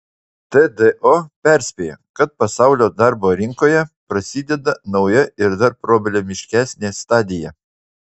tdo perspėja kad pasaulio darbo rinkoje prasideda nauja ir dar problemiškesnė stadija